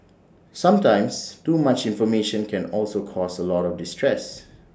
sometimes too much information can also cause A lot of distress